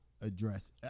Address